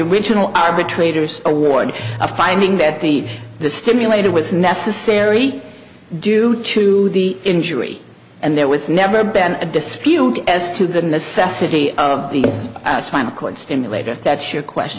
original arbitrators award a finding that the the stimulated was necessary due to the injury and there was never been a dispute as to the necessity of the spinal cord stimulator if that's your question